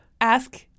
ask